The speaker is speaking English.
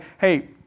hey